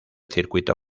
circuito